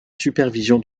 supervision